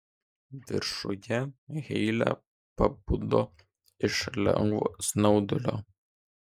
viršuje heile pabudo iš lengvo snaudulio